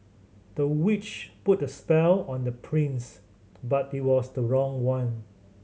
the witch put a spell on the twins but it was the wrong one